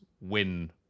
win